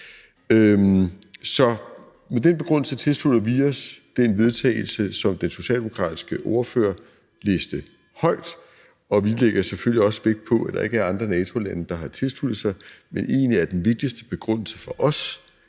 Så med den begrundelse tilslutter vi os det forslag til vedtagelse, som den socialdemokratiske ordfører læste højt, og vi lægger selvfølgelig også vægt på, at der ikke er andre NATO-lande, der har tilsluttet sig. Men egentlig er den vigtigste begrundelse for os,